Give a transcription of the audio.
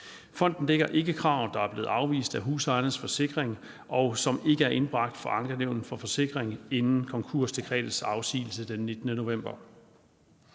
Fonden dækker ikke krav, der er blevet afvist af Husejernes Forsikring, og som ikke er indbragt for Ankenævnet for Forsikring inden konkursdekretets afsigelse den 19. november.